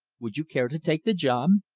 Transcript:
would you care to take the job?